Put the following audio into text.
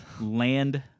land